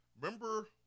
remember